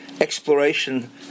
exploration